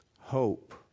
Hope